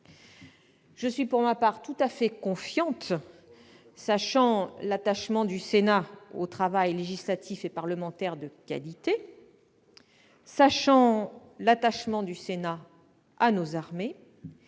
Je suis, pour ma part, tout à fait confiante, sachant l'attachement du Sénat au travail législatif et parlementaire de qualité, à nos armées,